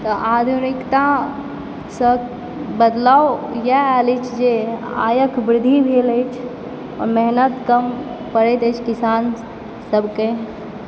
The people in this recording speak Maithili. तऽ आधुनिकतासँ बदलाव इएह आयल अछि जे आयक वृद्धि भेल अछि आओर मेहनत कम पड़ैत अछि किसान सभके